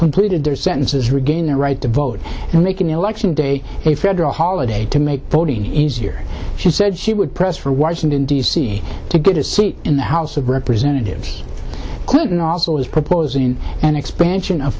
completed their sentences regain their right to vote and they can election day a federal holiday to make voting easier she said she would press for washington d c to get a seat in the house of representatives clinton also is proposing an expansion of